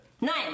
Nine